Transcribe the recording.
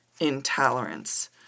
intolerance